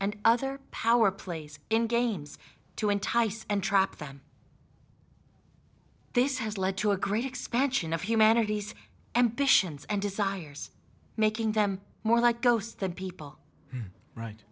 and other power plays in games to entice and trap them this has led to a great expansion of humanity's ambitions and desires making them more like ghosts that people wri